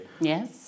Yes